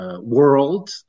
world